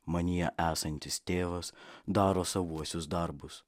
manyje esantis tėvas daro savuosius darbus